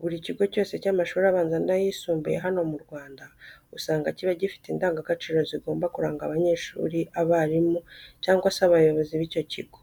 Buri kigo cyose cy'amashuri abanza n'ayisumbuye hano mu Rwanga usanga kiba gifite indangagaciro zigomba kuranga abanyeshuri, abarimu cyangwa se abayobozi b'icyo kigo.